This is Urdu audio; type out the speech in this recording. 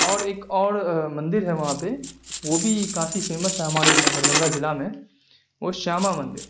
اور ایک اور مندر ہے وہاں پہ وہ بھی کافی فیمس ہے ہمارے دربھنگہ ضلع میں وہ شیاما مندر